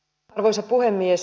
arvoisa puhemies